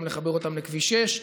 גם לחבר אותם לכביש 6,